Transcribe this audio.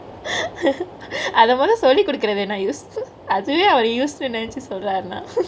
அத மொத சொல்லி கொடுக்கரதுல என்ன:athe mothe solli kodukarathu enna use அதுவே அவரு: athuve avaru use னு நெநைச்சிட்டு சொல்ட்ராருனா:nu nenaichi soldrarunaa